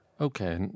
Okay